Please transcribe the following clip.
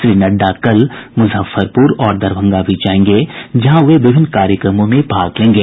श्री नड्डा कल मुजफ्फरपुर और दरभंगा भी जायेंगे जहां वे विभिन्न कार्यक्रमों में भाग लेंगे